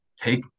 take